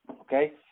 okay